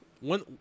One